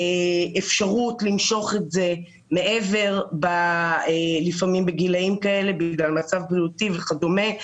אפשרות למשוך את זה לפעמים בגילים כאלה בגלל מצב בריאותי וכדומה,